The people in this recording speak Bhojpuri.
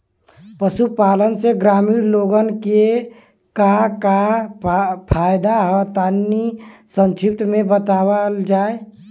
पशुपालन से ग्रामीण लोगन के का का फायदा ह तनि संक्षिप्त में बतावल जा?